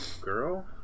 girl